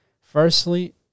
Firstly